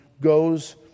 goes